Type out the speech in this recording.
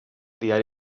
diari